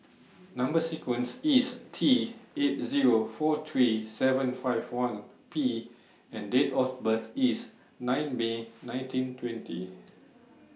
Number sequence IS T eight Zero four three seven five one P and Date of birth IS nine May nineteen twenty